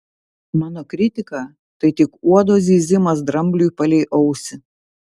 mano kritika tai tik uodo zyzimas drambliui palei ausį